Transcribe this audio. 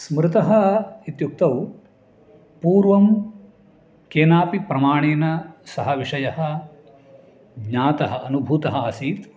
स्मृतः इत्युक्तौ पूर्वं केनापि प्रमाणेन सः विषयः ज्ञातः अनुभूतः आसीत्